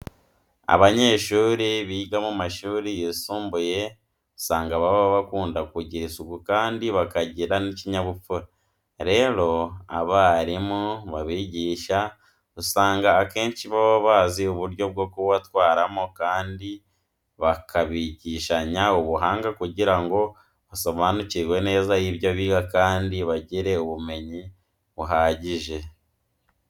Abanyeshuri biga mu mashuri yisumbuye usanga baba bakunda kugira isuku kandi bakagira n'ikinyabupfura. Rero abarimu babigisha usanga akenshi baba bazi uburyo bwo kubatwaramo kandi bakabigishanya ubuhanga kugira ngo basobanukirwe neza ibyo biga kandi bagire ubumenyi buhagije.